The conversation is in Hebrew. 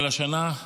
אבל השנה,